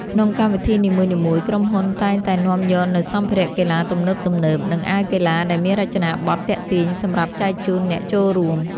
ក្នុងកម្មវិធីនីមួយៗ ក្រុមហ៊ុនតែងតែនាំយកនូវសម្ភារៈកីឡាទំនើបៗ និងអាវកីឡាដែលមានរចនាបថទាក់ទាញសម្រាប់ចែកជូនអ្នកចូលរួម។